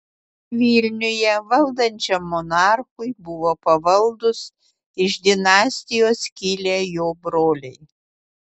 vilniuje valdančiam monarchui buvo pavaldūs iš dinastijos kilę jo broliai